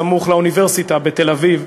סמוך לאוניברסיטה בתל-אביב,